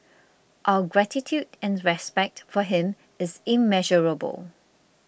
our gratitude and respect for him is immeasurable